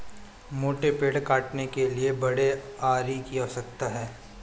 मोटे पेड़ काटने के लिए बड़े आरी की आवश्यकता है